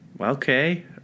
okay